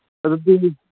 ꯑꯗꯨꯗꯤ